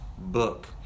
book